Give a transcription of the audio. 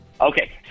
Okay